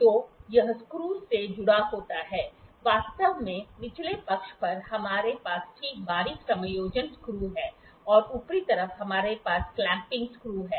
तो यह स्क्रूस से जुड़ा हुआ है वास्तव में निचले पक्ष पर हमारे पास ठीक बारीक समायोजन स्क्रू है और ऊपरी तरफ हमारे पास क्लैंपिंग स्क्रू हैं